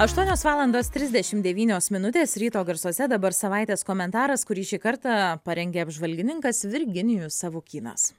aštuonios valandos trisdešimt devynios minutės ryto garsuose dabar savaitės komentaras kurį šį kartą parengė apžvalgininkas virginijus savukynas